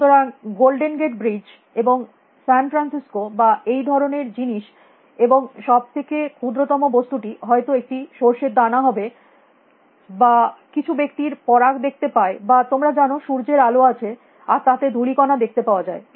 সুতরাং Golden Gate Bridge এবং San Francisco বা এই ধরনের জিনিস এবং সব থেকে ক্ষুদ্রতম বস্তুটি হয়ত একটি সর্ষের দানা হবে বা কিছু ব্যক্তি পরাগ দেখতে পায় বা তোমরা জানো সূর্যের আলো আছে আর তাতে ধুলিকণা দেখতে পাওয়া যায়